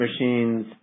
machines